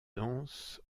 danse